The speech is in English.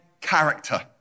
character